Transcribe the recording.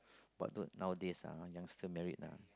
but don't nowadays ah youngster married ah